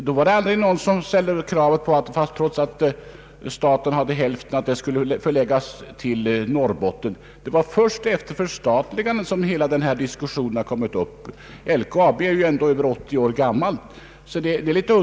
Då var det aldrig någon som ställde kravet på en förläggning av verksamheten till Norrbotten, utan det var först efter förstatligandet som hela denna diskussion har kommit upp. LKAB är ju ändå över 80 år gammalt.